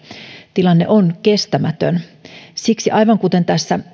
tilanne on kestämätön siksi aivan kuten tässä